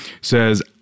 says